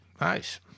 Nice